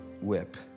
whip